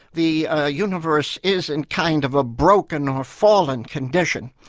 the ah universe is in kind of a broken, or fallen condition.